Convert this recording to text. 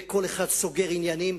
וכל אחד סוגר עניינים.